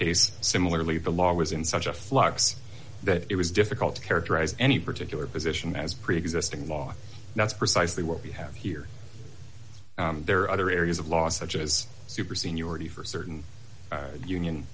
case similarly the law was in such a flux that it was difficult to characterize any particular position as preexisting law that's precisely what we have here there are other areas of law such as super seniority for certain union